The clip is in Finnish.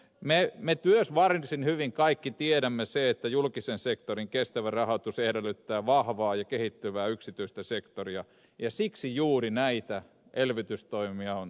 me kaikki myös varsin hyvin tiedämme sen että julkisen sektorin kestävä rahoitus edellyttää vahvaa ja kehittyvää yksityistä sektoria ja siksi juuri näitä elvytystoimia on tehty